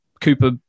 Cooper